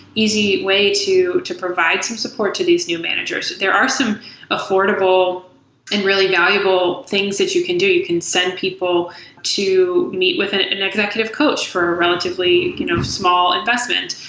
easy way to to provide some support to these new managers? there are some affordable and really valuable things that you can do. you can send people to meet with an executive coach for a relatively you know small investment.